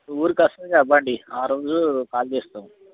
ఊరికి వస్తుంది కదా ఆ బండి ఆ రోజు కాల్ చేస్తాం